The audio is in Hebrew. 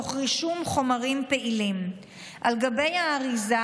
תוך רישום חומרים פעילים על גבי האריזה,